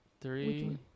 Three